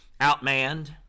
outmanned